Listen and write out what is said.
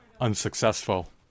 unsuccessful